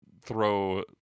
throw